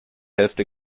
hälfte